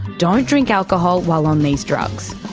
don't drink alcohol while on these drugs.